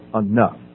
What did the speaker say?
enough